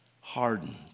Hardened